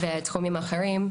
בתחומים אחרים,